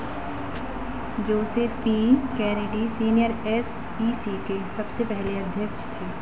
Joseph P Kennedy senior S E C के सबसे पहले अध्यक्ष थे